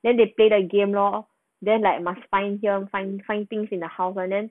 then they played a game lor then like must find here find find things in the house [one] then